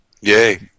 Yay